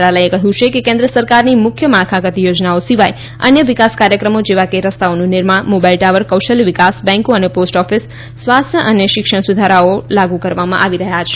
મંત્રાલયે કહ્યું છે કે કેન્દ્ર સરકારની મુખ્ય માળખાગત યોજનાઓ સિવાય અન્ય વિકાસ કાર્યક્રમો જેવા કે રસ્તાઓનું નિર્માણ મોબાઇલ ટાવર કૌશલ્ય વિકાસ બેન્કો અને પોસ્ટ ઓફિસ સ્વાસ્થ્ય અને શિક્ષણ સુવિધાઓના સુધારા લાગુ કરવામાં આવી રહ્યા છે